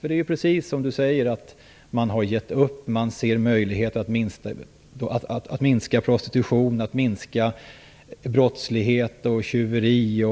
Precis som Laila Freivalds säger så har man gett upp. Man ser en möjlighet att minska prostitutionen, brottsligheten och tjuveriet